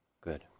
Good